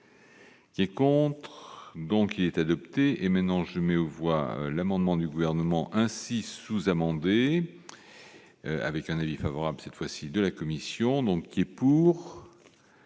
pour. Et contres. Donc il est adopté, et maintenant je mets aux voix l'amendement du Gouvernement ainsi sous-amendé avec un avis favorable cette fois-ci de la Commission, donc qui est. Pour